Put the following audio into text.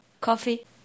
coffee